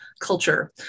culture